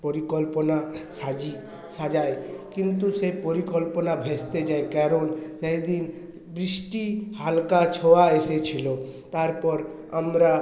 পরিকল্পনা সাজি সাজাই কিন্তু সেই পরিকল্পনা ভেস্তে যায় কারণ সেইদিন বৃষ্টির হালকা ছোঁয়া এসেছিলো তারপর আমরা